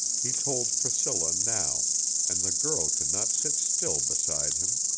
he told priscilla now and the girl could not sit still beside him.